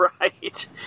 right